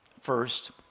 First